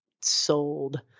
sold